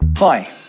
hi